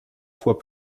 fois